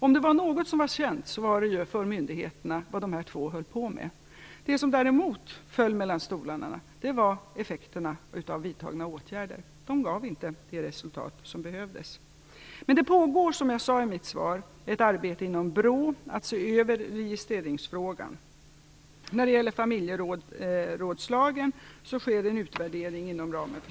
Om det var något som var känt för myndigheterna så var det vad dessa två höll på med. Det som däremot föll mellan stolarna var effekterna av vidtagna åtgärder. De gav inte det resultat som behövdes. Det pågår, som jag sade i mitt svar, ett arbete inom BRÅ att se över registreringsfrågan. När det gäller familjerådslagen sker en utvärdering inom ramen för